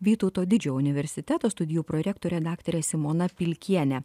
vytauto didžiojo universiteto studijų prorektore daktare simona pilkiene